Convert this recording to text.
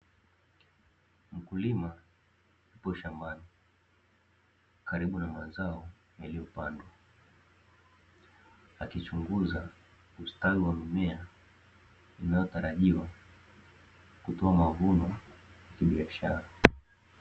Mkulima yupo shambani, karibu na mazao yaliyopandwa, akichunguza ustawi wa mimea inayotarajiwa kutoa mavuno ya kibiashara.